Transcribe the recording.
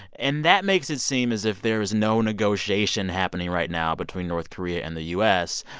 and that makes it seem as if there is no negotiation happening right now between north korea and the u s.